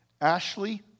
Ashley